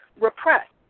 repressed